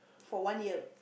for one year